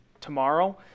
tomorrow